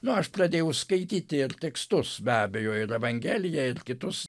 nu aš pradėjau skaityti ir tekstus be abejo ir evangeliją ir kitus